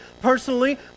personally